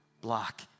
block